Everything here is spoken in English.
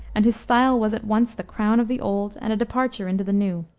and his style was at once the crown of the old and a departure into the new.